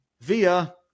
via